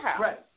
Right